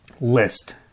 list